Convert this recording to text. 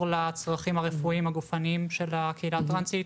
לצרכים הרפואיים והגופניים של הקהילה הטרנסית.